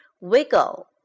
Wiggle